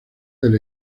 del